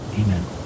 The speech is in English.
Amen